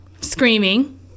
Screaming